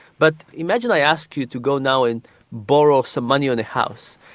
but imagine i ask you to go now and borrow some money on a house.